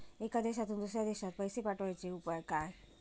एका देशातून दुसऱ्या देशात पैसे पाठवचे उपाय काय?